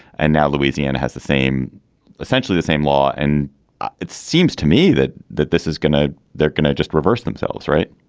and now louisiana has the same essentially the same law. and it seems to me that that this is going to they're going to just reverse themselves. right